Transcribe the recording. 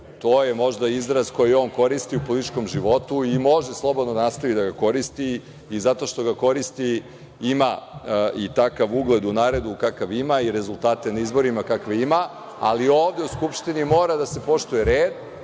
to su možda izrazi koje on koristi u političkom životu i može slobodno da nastavi da ih koristi i zato što ih koristi ima i takav ugled u narodu kakav ima i rezultate na izborima kakve ima, ali ovde u Skupštini mora da se poštuje red,